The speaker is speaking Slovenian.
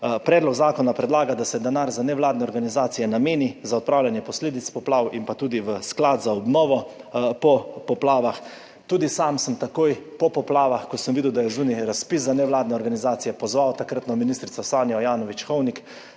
Predlog zakona predlaga, da se denar za nevladne organizacije nameni za odpravljanje posledic poplav in pa tudi v sklad za obnovo po poplavah. Tudi sam sem takoj po poplavah, ko sem videl, da je zunaj razpis za nevladne organizacije, pozval takratno ministrico Sanjo Ajanović Hovnik